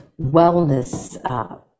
wellness